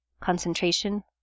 concentration